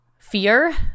Fear